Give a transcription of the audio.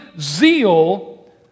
zeal